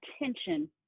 attention